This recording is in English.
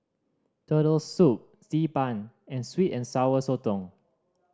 Turtle Soup Xi Ban and sweet and Sour Sotong